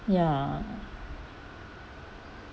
ya